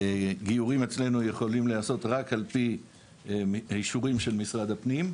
גיורים אצלנו יכולים להיעשות רק על פי אישורים של משרד הפנים,